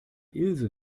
ilse